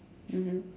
mmhmm